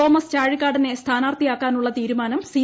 Thomas ചാഴിക്കാടനെ സ്ഥാനാർത്ഥിയാക്കാനുള്ള തീരുമാനം സി